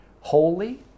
Holy